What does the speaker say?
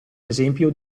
esempio